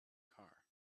car